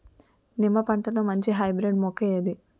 నిమ్మ పంటలో మంచి హైబ్రిడ్ మొక్క ఏది?